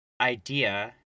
idea